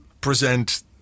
present